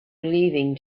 leaving